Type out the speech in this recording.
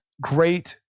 great